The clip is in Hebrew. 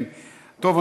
טוב,